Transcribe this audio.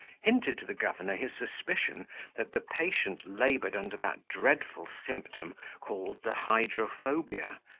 hinted to the governor his suspicion that the patient laboured under that dreadful symptom called the hydrophobia,